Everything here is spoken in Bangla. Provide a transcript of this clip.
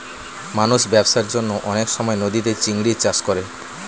মানুষ ব্যবসার জন্যে অনেক সময় নদীতে চিংড়ির চাষ করে